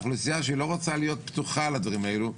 אוכלוסייה שלא רוצה להיות פתוחה לדברים האלה,